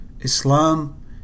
Islam